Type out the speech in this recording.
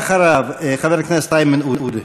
ואחריו, חבר הכנסת איימן עודה.